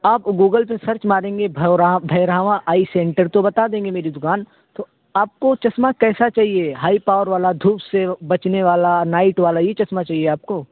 آپ گوگل پہ سرچ ماریں گے بھیرہواں آئی سینٹر تو بتا دیں گے میری دکان تو آپ کو چشمہ کیسا چاہیے ہائی پاور والا دھوپ سے بچنے والا نائٹ والا یہ چشمہ چاہیے آپ کو